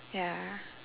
ya